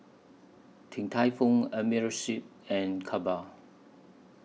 Din Tai Fung Amerisleep and Kappa